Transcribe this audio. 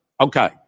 Okay